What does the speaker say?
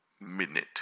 minute